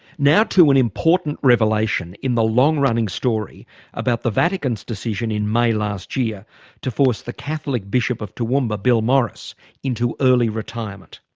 now to an important revelation in the long running story about the vatican's decision in may last year to force the catholic bishop of toowoomba bill morris into early retirement.